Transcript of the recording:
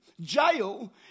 jail